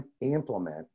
implement